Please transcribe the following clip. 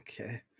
Okay